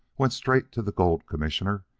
went straight to the gold commissioner,